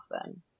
often